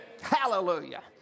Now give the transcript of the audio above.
Hallelujah